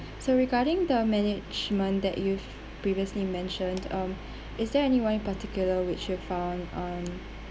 so regarding the management that you've previously mentioned um is there anyone in particular which you found um